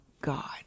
God